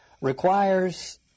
requires